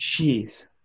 Jeez